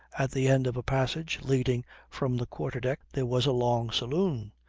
at the end of a passage leading from the quarter-deck there was a long saloon,